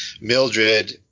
Mildred